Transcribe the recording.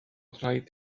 rhaid